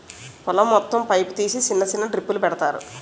పొలం మొత్తం పైపు తీసి సిన్న సిన్న డ్రిప్పులు పెడతారు